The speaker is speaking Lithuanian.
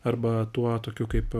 arba tuo tokiu kaip